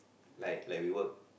like like we work